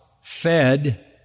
fed